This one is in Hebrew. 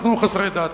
אנחנו חסרי דת,